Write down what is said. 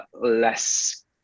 less